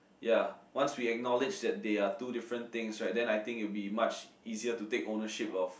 ya once we acknowledge that they are two different things right then I think it will be much easier to take ownership of